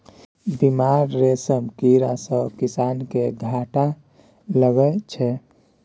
बेमार रेशम कीड़ा सँ किसान केँ घाटा लगै छै